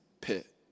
pit